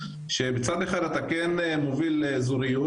שבצד אחד אתה כן מוביל אזוריות,